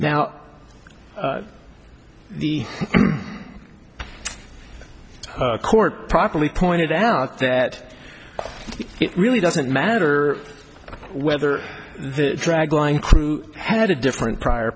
now the court properly pointed out that it really doesn't matter whether the dragline crew had a different prior